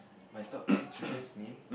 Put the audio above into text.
my top three children's name